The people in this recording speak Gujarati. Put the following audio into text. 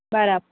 બરાબર